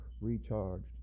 recharged